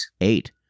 Eight